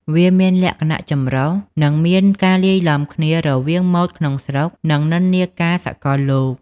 វាមានលក្ខណៈចម្រុះ និងមានការលាយឡំគ្នារវាងម៉ូដក្នុងស្រុក និងនិន្នាការសកលលោក។